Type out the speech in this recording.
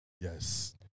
Yes